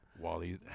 Wally